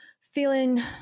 feeling